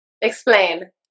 Explain